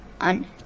on